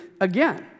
again